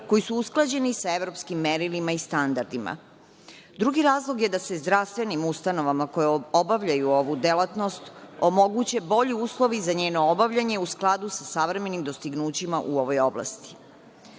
koji su usklađeni sa evropskim merilima i standardima. Drugi razlog je da se zdravstvenim ustanovama koje obavljaju ovu delatnost omoguće bolji uslovi za njeno obavljanje u skladu sa savremenim dostignućima u ovoj